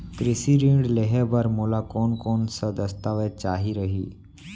कृषि ऋण लेहे बर मोला कोन कोन स दस्तावेज चाही रही?